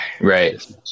right